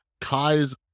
Kai's